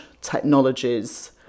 technologies